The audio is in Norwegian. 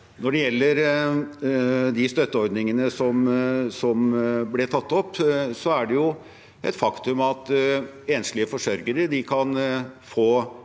Når det gjelder de støtteordningene som ble tatt opp, er det jo et faktum at enslige forsørgere kan få støtte